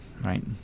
right